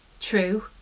True